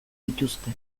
dituzte